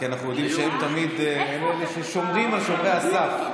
אנחנו יודעים שהם תמיד אלה ששומרים על שומרי הסף,